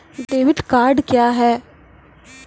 Debit card क्या हैं?